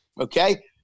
Okay